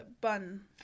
bun